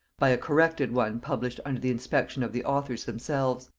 by a corrected one published under the inspection of the authors themselves.